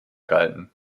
galten